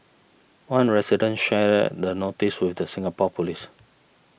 one resident shared the notice with the Singapore police